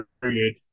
period